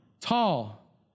tall